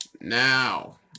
now